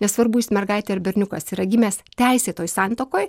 nesvarbu jis mergaitė ar berniukas yra gimęs teisėtoj santuokoj